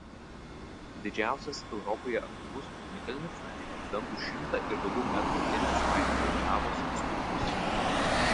didžiausias europoje aktyvus ugnikalnis į dangų šimtą ir daugiau metrų ėmė svaidyti lavos stulpus